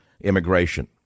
immigration